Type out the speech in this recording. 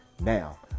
Now